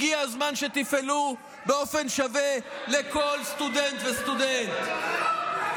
הגיע הזמן שתפעלו באופן שווה לכל סטודנט וסטודנט.